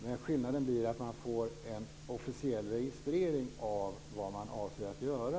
Men skillnaden blir att man får en officiell registrering av vad man avser att göra.